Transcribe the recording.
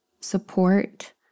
support